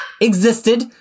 existed